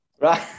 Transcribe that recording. Right